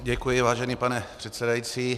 Děkuji, vážený pane předsedající.